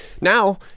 now